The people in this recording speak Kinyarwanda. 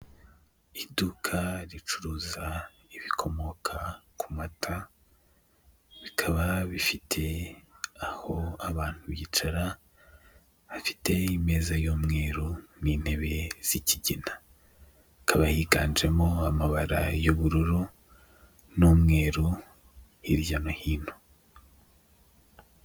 Iduka ricuruza ibikomoka ku mata rikaba rifite aho abantu bicara bafite imeza y'umweru n'intebe z'ikigina ikaba yiganjemo amabara y'ubururu n'umweru hirya no hino.